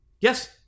Yes